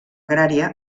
agrària